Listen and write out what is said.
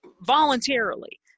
voluntarily